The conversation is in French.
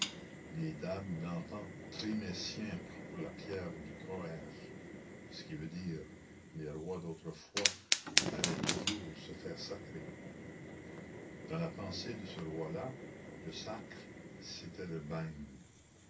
les dabs d'antan trimaient siempre pour la pierre du coësre ce qui veut dire les rois d'autrefois allaient toujours se faire sacrer dans la pensée de ce roi là le sacre c'était le bagne